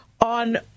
on